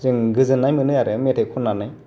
जों गोजोननाय मोनो आरो मेथाइ खननानै